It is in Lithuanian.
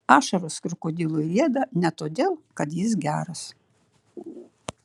ašaros krokodilui rieda ne todėl kad jis geras